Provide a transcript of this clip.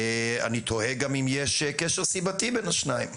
אני תוהה אם יש קשר סיבתי בין השניים,